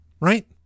Right